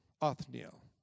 Othniel